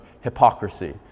hypocrisy